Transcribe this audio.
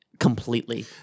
Completely